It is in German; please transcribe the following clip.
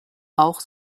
auch